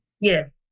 Yes